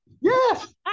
Yes